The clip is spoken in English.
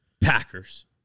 Packers